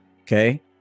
Okay